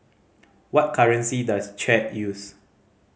what currency does Chad use